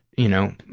you know,